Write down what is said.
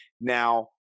Now